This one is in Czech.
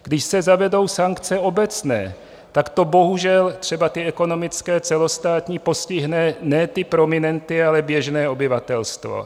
Když se zavedou sankce obecné, tak to bohužel třeba ty ekonomické, celostátní postihne ne ty prominenty, ale běžné obyvatelstvo.